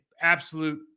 absolute